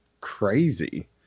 crazy